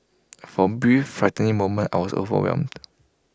for A brief frightening moment I was overwhelmed